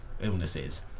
illnesses